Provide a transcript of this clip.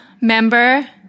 member